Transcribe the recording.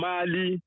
Mali